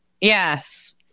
Yes